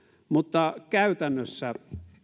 mutta käytännössä